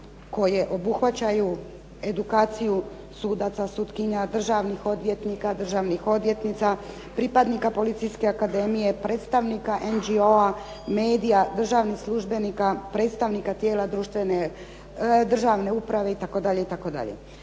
koje obuhvaćaju edukaciju sudaca, sutkinja, državnih odvjetnika, državnih odvjetnica, pripadnika policijske akademije, predstavnika MGO-a, medija, državnih službenika, predstavnika tijela državne uprave itd., itd.